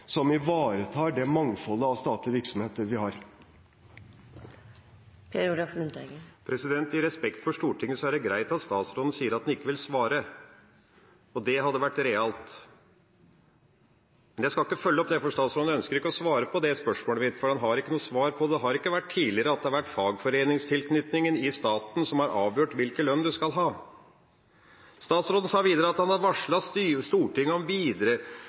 som ivaretar det mangfoldet av statlige virksomheter vi har. I respekt for Stortinget er det greit at statsråden sier at han ikke vil svare – det hadde vært realt. Men jeg skal ikke følge det opp. Statsråden ønsker ikke å svare på spørsmålet mitt, for han har ikke noe svar på det. Det har ikke tidligere vært slik at det er fagforeningstilknytningen i staten som har avgjort hvilken lønn en skal ha. Statsråden sa videre at han har varslet Stortinget om